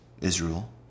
Israel